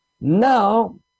Now